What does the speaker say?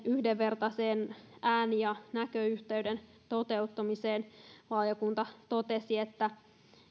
yhdenvertaisen ääni ja näköyhteyden toteuttamiseen valiokunta totesi että